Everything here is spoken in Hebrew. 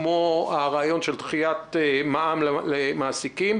כמו הרעיון של דחיית מע"מ למעסיקים?